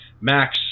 Max